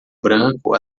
branco